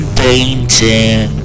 painting